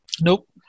Nope